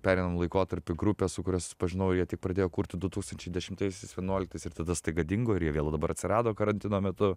pereinamu laikotarpiu grupė su kuria susipažinau ir jie tik pradėjo kurti du tūkstančiai dešimtais vienuoliktais ir tada staiga dingo ir jie vėl dabar atsirado karantino metu